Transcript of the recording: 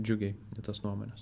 džiugiai į tas nuomones